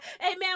amen